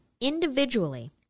individually